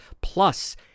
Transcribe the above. plus